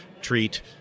treat